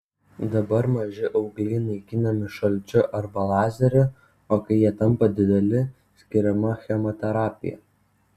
dabar maži augliai naikinami šalčiu arba lazeriu o kai jie tampa dideli skiriama chemoterapija